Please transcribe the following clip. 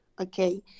Okay